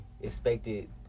expected